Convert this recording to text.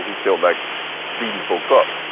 who felt like beating folk up.